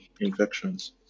infections